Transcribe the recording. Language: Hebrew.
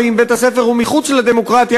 ואם בית-הספר הוא מחוץ לדמוקרטיה,